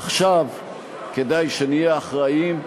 עכשיו כדאי שנהיה אחראיים,